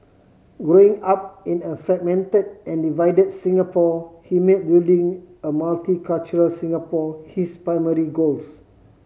growing up in a fragmented and divided Singapore he made building a multicultural Singapore his primary goals